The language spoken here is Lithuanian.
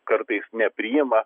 kartais nepriima